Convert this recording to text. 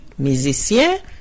Musicien